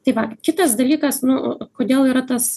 tai va kitas dalykas nu kodėl yra tas